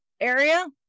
area